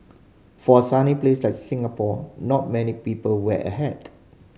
for a sunny place like Singapore not many people wear a hat